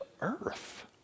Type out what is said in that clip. earth